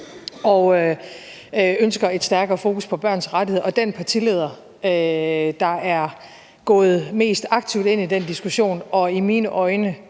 og ønsker et stærkere fokus på børns rettigheder, og den partileder, der er gået mest aktivt ind i den diskussion og i mine øjne